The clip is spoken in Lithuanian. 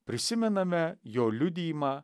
prisimename jo liudijimą